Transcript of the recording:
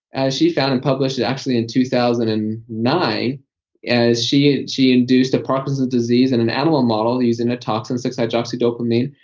she found and published, actually in two thousand and nine as she she induced a parkinson's disease in an animal model using a toxin, six hydroxydopamine,